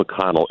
McConnell